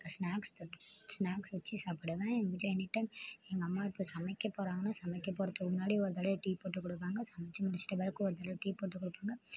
snacks தொட்டு snacks வச்சு சாப்பிடுவேன் எங்கள் வீட்டில் எனி டைம் எங்கள் அம்மா இப்போது சமைக்க போகிறாங்கன்னா சமைக்க போவதுக்கு முன்னாடி ஒரு தடவை டீ போட்டு கொடுப்பாங்க சமைச்சு முடிச்சுட்ட பிறகு ஒரு தடவை டீ போட்டு கொடுப்பாங்க